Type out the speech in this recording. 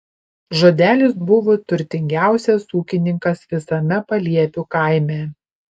žodelis buvo turtingiausias ūkininkas visame paliepių kaime